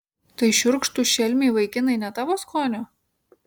tai šiurkštūs šelmiai vaikinai ne tavo skonio